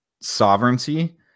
sovereignty